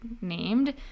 named